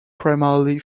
primarily